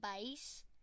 base